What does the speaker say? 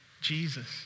Jesus